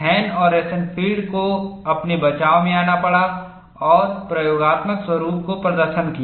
हैन और रोसेनफील्ड को अपने बचाव में आना पड़ा और प्रयोगात्मक स्वरूप का प्रदर्शन किया